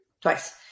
twice